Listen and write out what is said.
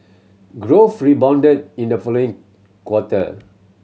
growth rebounded in the following quarter